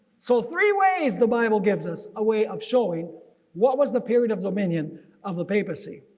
so three ways the bible gives us a way of showing what was the period of dominion of the papacy.